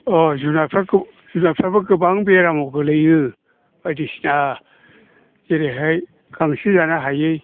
अ जुनारफोरखौ जुनारफ्राबो गोबां बेरामाव गोग्लैयो बायदिसिना जेरैहाय गांसो जानो हायै